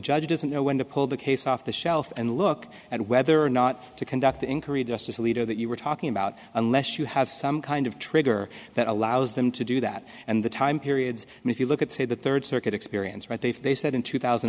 judge doesn't know when to pull the case off the shelf and look at whether or not to conduct in korea justice alito that you were talking about unless you have some kind of trigger that allows them to do that and the time periods and if you look at say the third circuit experience right they said in two thousand